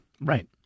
Right